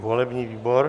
Volební výbor.